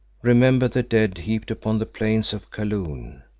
remember the dead heaped upon the plains of kaloon.